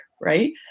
right